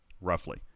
Roughly